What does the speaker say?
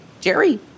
Jerry